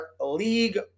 league